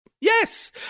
Yes